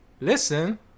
Listen